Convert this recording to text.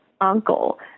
uncle